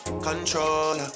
controller